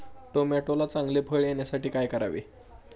टोमॅटोला चांगले फळ येण्यासाठी काय करावे?